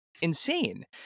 insane